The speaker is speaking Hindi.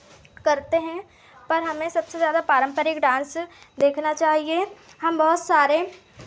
करते हैं पर हमें सबसे ज़्यादा पारम्परिक डांस देखना चाहिए हम बहुत सारे